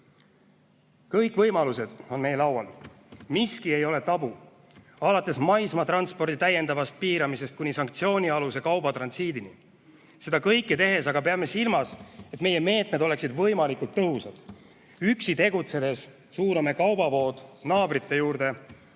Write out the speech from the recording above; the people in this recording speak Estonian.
võimalused on meie laual, miski ei ole tabu, alates maismaatranspordi täiendavast piiramisest kuni sanktsioonialuse kauba transiidini. Seda kõike tehes aga peame silmas, et meie meetmed oleksid võimalikult tõhusad. Üksi tegutsedes suuname kaubavood naabrite juurde,